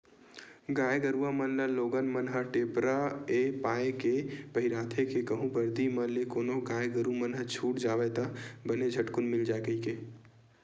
गाय गरुवा मन ल लोगन मन ह टेपरा ऐ पाय के पहिराथे के कहूँ बरदी म ले कोनो गाय गरु मन ह छूट जावय ता बने झटकून मिल जाय कहिके